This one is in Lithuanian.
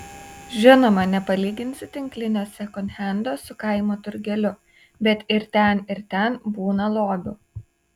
žinoma nepalyginsi tinklinio sekondhendo su kaimo turgeliu bet ir ten ir ten būna lobių